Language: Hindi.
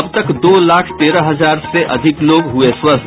अब तक दो लाख तेरह हजार से अधिक लोग हुये स्वस्थ